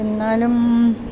എന്നാലും